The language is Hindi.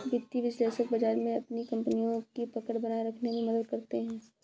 वित्तीय विश्लेषक बाजार में अपनी कपनियों की पकड़ बनाये रखने में मदद करते हैं